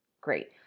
Great